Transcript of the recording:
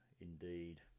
indeed